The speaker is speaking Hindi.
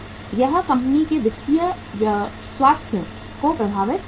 यह कंपनी के वित्तीय स्वास्थ्य को प्रभावित करेगा